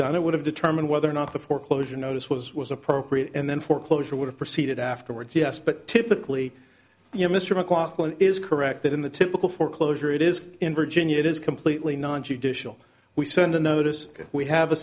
done it would have determined whether or not the foreclosure notice was was appropriate and then foreclosure would proceed afterwards yes but typically you know mr mclachlan is correct that in the typical foreclosure it is in virginia it is completely non judicial we send a notice we have a